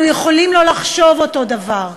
אנחנו יכולים לא לחשוב אותו דבר,